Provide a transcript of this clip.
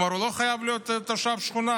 כלומר הוא לא חייב להיות תושב השכונה,